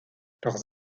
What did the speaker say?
leurs